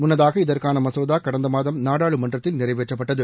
முன்னதாக இதற்கான மசோதா கடந்த மாதம் நாடாளுமன்றத்தில் நிறைவேற்றப்பட்டது